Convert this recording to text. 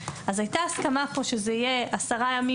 אז הייתה הסכמה פה שזה יהיה עשרה ימים